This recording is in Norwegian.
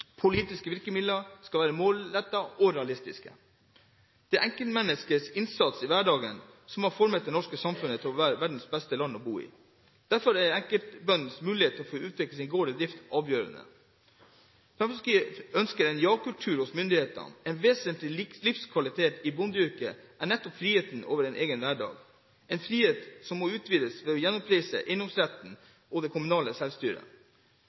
politiske virkemidler skal være målrettede og realistiske Det er enkeltmenneskers innsats i hverdagen som har formet det norske samfunnet til ett av verdens beste land å bo i. Derfor er enkeltbøndenes muligheter til å få utvikle sin gård og drift avgjørende. Fremskrittspartiet ønsker en ja-kultur hos myndighetene. En vesentlig livskvalitet i bondeyrket er nettopp friheten i egen hverdag, en frihet som må utvides ved å gjenreise eiendomsretten og det kommunale selvstyret.